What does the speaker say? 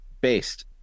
based